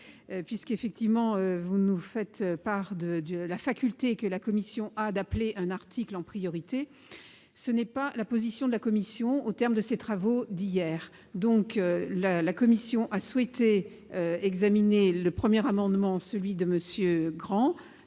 puisque effectivement vous nous faites part de la faculté, que la commission a d'appeler un article en priorité, ce n'est pas la position de la Commission, au terme de ces travaux d'hier donc, la, la Commission a souhaité examiner le 1er amendement, celui de Monsieur